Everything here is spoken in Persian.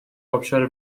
آبشار